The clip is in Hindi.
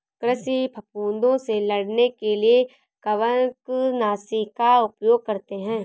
कृषि फफूदों से लड़ने के लिए कवकनाशी का उपयोग करते हैं